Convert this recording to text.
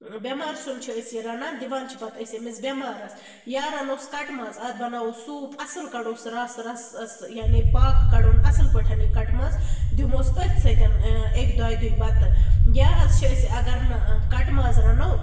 بیٚمار سیُن چھِ أسۍ یہِ رَنان دِوان چھِ پَتہٕ أسۍ أمِس بیٚمارَس یا رَنہوس کٹہٕ ماز اتھ بَناوہوس سوٗپ اصٕل کَڈہوس رَس رَسَس یعنی پاکہٕ کَڈہون اصٕل پٲٹھۍ یہِ کَٹہٕ ماز دِمہوس أتھۍ سۭتۍ اَکہِ دۄیہِ دۅہۍ بَتہٕ یا حظ چھِ أسۍ اَگَر نہٕ کَٹہٕ ماز رَنو